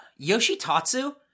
Yoshitatsu